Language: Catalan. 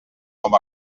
com